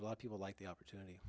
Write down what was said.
a lot of people like the opportunity